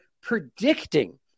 predicting